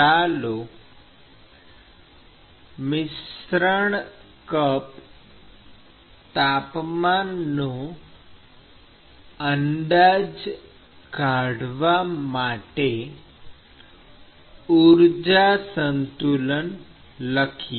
ચાલો મિશ્રણ કપ તાપમાનનો અંદાજ કાઢવા માટે ઊર્જા સંતુલન લખીએ